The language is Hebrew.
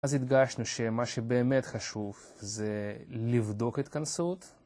אז הדגשנו שמה שבאמת חשוב זה לבדוק התכנסות